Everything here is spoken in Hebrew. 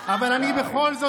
די,